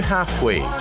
Halfway